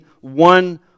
one